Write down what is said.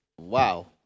wow